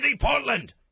Portland